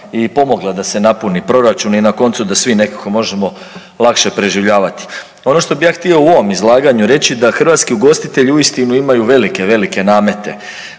i pomogla da se napuni proračun i na koncu da svi nekako možemo lakše preživljavati. Ono što bih ja htio u ovom izlaganju reći da hrvatski ugostitelji uistinu imaju velike, velike namete.